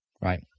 Right